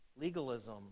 Legalism